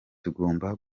tugomba